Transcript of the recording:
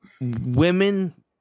Women